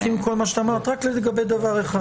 אני מסכים עם כל מה שאמרת רק לגבי דבר אחד,